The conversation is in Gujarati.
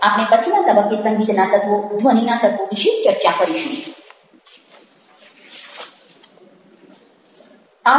આપણે પછીના તબક્કે સંગીતના તત્ત્વો ધ્વનિના તત્ત્વો વિશે ચર્ચા કરીશું